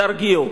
תרגיעו.